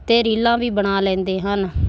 ਅਤੇ ਰੀਲਾਂ ਵੀ ਬਣਾ ਲੈਂਦੇ ਹਨ